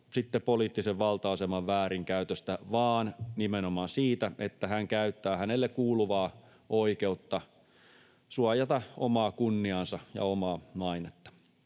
poliittisen valta-aseman väärinkäytöstä vaan nimenomaan siitä, että hän käyttää hänelle kuuluvaa oikeutta suojata omaa kunniaansa ja omaa mainetta.